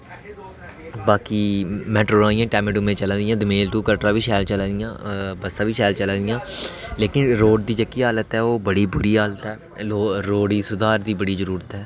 बाकी मेटाडोरां इ'यां चला दियां दोमेल टू कटरा बी शैल चलै दियां ते बस्सां बी शैल चलै दियां लेकिन रोड़ दी जेह्की हालत ऐ ओह् बड़ी बुरी हालत ऐ रोड़ गी सुधार दी बड़ी जरूरत ऐ